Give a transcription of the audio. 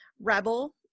rebel